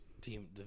team